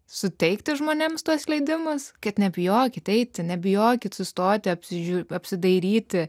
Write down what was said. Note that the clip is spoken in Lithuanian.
suteikti žmonėms tuos leidimus kad nebijokite eiti nebijokit sustoti apsižiūrėti apsidairyti